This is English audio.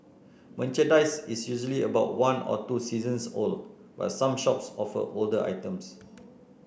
merchandise is usually about one or two seasons old but some shops offer older items